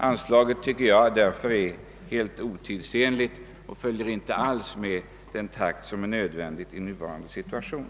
Jag anser därför att anslaget är helt otidsenligt; det har inte följt med i den takt som är nödvändig i nuvarande situation.